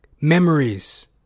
memories